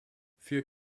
für